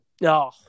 No